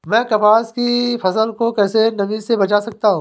मैं कपास की फसल को कैसे नमी से बचा सकता हूँ?